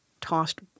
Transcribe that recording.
tossed